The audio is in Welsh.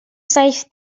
saith